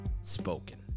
spoken